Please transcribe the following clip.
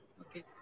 Okay